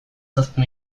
zazpi